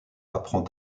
apprend